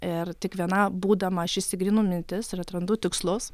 ir tik viena būdama aš išsigryninu mintis ir atrandu tikslus